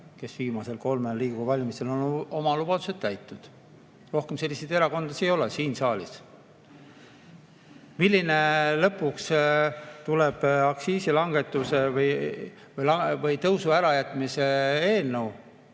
kes viimasel kolmel Riigikogu valimisel on oma lubadused täitnud. Rohkem selliseid erakondasid ei ole siin saalis. Milline lõpuks tuleb aktsiisilangetuse või -tõusu ärajätmise eelnõu,